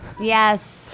Yes